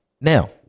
Now